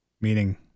meaning